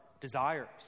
desires